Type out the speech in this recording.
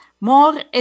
more